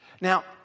Now